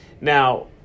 Now